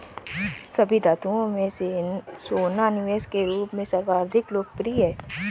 सभी धातुओं में सोना निवेश के रूप में सर्वाधिक लोकप्रिय है